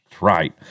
right